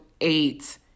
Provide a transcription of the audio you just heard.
eight